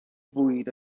fwyd